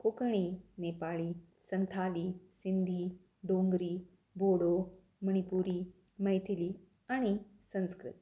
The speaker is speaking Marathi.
कोकणी नेपाळी संथाली सिंधी डोंगरी बोडो मणिपुरी मैथीली आणि संस्कृत